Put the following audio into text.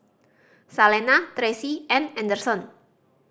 Salena Tressie and Anderson